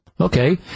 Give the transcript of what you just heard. Okay